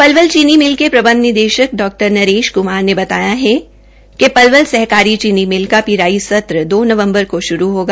पलवल चीनी मिल के प्रबंध निदेशक डॉ नरेश कुमार ने बताया है कि पलवल सहकारी चीनी मिल का पिराई सत्र दो नवम्बर को शुरू होगा